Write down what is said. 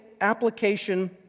application